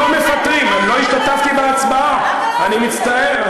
אבל הייתה חתומה כבר.